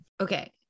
Okay